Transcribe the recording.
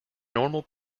normal